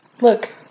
Look